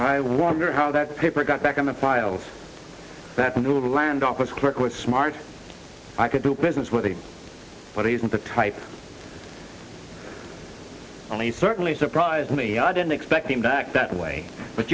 i wonder how that paper got back in the files that would land office clerk with smart i could do business with you but he isn't the type only certainly surprised me i didn't expect him to act that way but